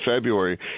February